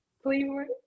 Cleveland